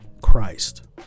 Christ